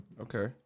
Okay